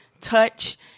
touch